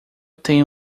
tenho